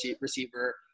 receiver